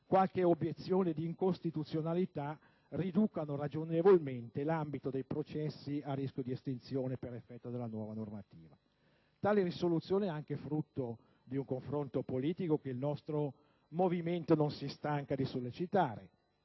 qualche obiezione di incostituzionalità, riducano ragionevolmente l'ambito dei processi a rischio di estinzione per effetto della nuova normativa. Tale soluzione è anche frutto di un confronto politico che il nostro movimento non si stanca di sollecitare,